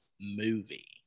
movie